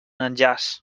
enllaç